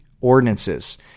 ordinances